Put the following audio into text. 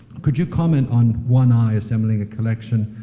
could you comment on one eye assembling a collection,